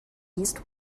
east